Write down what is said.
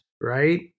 right